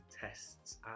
tests